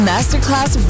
Masterclass